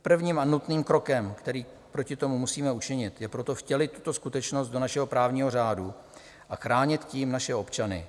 Prvním a nutným krokem, který proti tomu musíme učinit, je proto vtělit tuto skutečnost do našeho právního řádu a chránit tím naše občany.